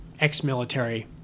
ex-military